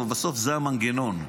אבל בסוף זה המנגנון.